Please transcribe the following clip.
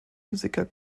musiker